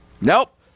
nope